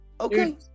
Okay